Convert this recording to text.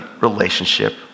relationship